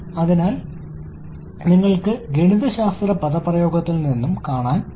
അതിനാൽ നിങ്ങൾക്ക് ഗണിതശാസ്ത്ര പദപ്രയോഗത്തിൽ നിന്നും കാണാൻ കഴിയും